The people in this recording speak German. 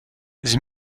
sie